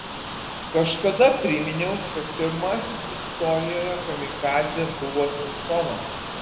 kažkada priminiau kad pirmasis istorijoje kamikadzė buvo samsonas